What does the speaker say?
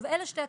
אלה שני הקצוות.